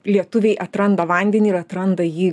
lietuviai atranda vandenį ir atranda jį